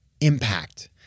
impact